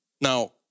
Now